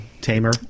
tamer